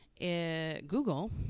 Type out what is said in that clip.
Google